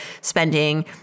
spending